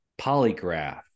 polygraph